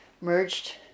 merged